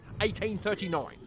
1839